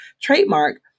trademark